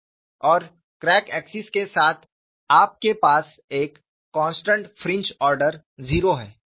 और crack axis के साथ आपके पास एक कोंस्टनट फ्रिंज ऑर्डर 0 है